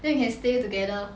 then we can stay together